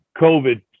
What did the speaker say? COVID